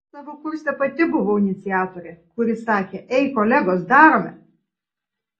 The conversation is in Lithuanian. savo kurse pati buvau iniciatorė kuri sakė ei kolegos darome